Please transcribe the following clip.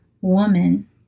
woman